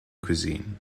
cuisine